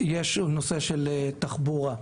יש נושא תחבורה,